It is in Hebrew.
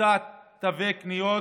מבצע תווי קניות